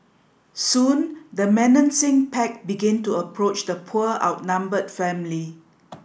soon the menacing pack began to approach the poor outnumbered family